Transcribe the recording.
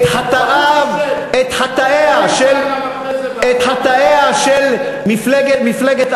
את חטאיה של מפלגת,